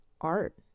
art